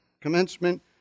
commencement